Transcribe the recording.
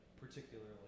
particularly